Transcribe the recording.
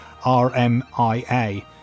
RMIA